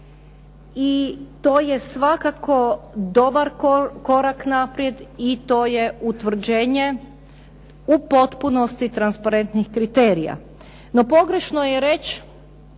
I to je svakako dobar korak naprijed i to je utvrđenje u potpunosti transparentnih kriterija. No pogrešno je reći